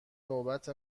نوبت